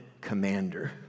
commander